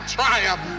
triumph